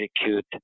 execute